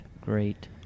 great